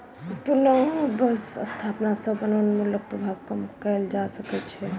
पुनः बन स्थापना सॅ वनोन्मूलनक प्रभाव कम कएल जा सकै छै